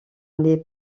des